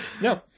No